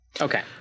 okay